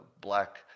black